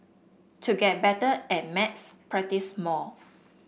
to get better at maths practise more